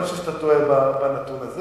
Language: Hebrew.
אבל אני חושב שאתה טועה בנתון הזה.